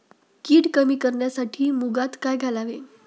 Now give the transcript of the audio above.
कीड कमी करण्यासाठी मुगात काय घालावे?